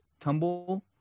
tumble